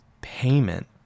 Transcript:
payment